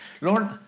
Lord